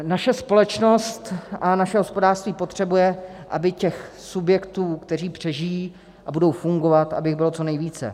Naše společnost a naše hospodářství potřebuje, aby těch subjektů, které přežijí a budou fungovat, bylo co nejvíce.